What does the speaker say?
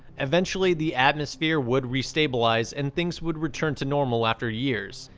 eventually the atmosphere would restabilize and things would return to normal after years,